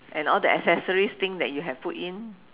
and all the accessories thing that you have put in